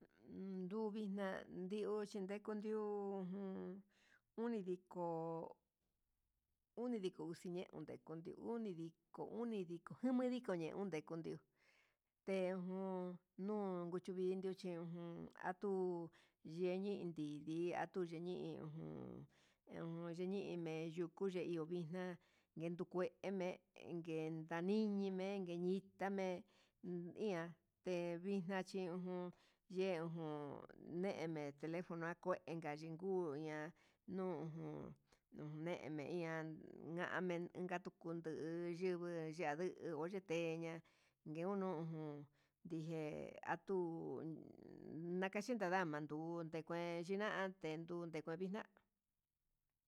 Nduvina chindeo tandeku ihó, ujun unidiko undiko uxi ñeun, dekundio unidiko unidiko jamadiko ña unde kundio, tejun nuu kuchevindio tejun atuu yendin ndidi atuu yeni iin ngun ho yeimi tuku yex vixna, nguen ngue me'e ngue ñinki mengue ngue dañindi mengue ndita me'e iha tevixna chí ujun yexme telefono nangue chinguu ña'a, ujun neme ian ngan nagandu kunduu yingui ndayu yuté ngue unu jun ndije atu, nakachinka ndaman nduu ngute kuen xhindan ndendu novixna'a.